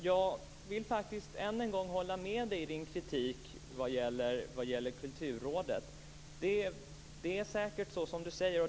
Fru talman! Jag vill än en gång hålla med Lennart Fridén i hans kritik vad gäller Kulturrådet. Det är säkert så som han säger.